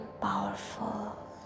powerful